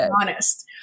honest